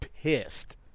pissed